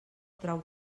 trau